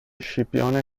scipione